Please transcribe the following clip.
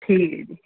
ਠੀਕ ਹੈ ਜੀ